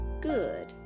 Good